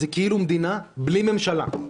זו כאילו מדינה בלי ממשלה,